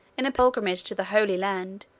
in a pilgrimage to the holy land,